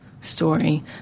story